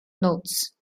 notes